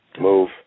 Move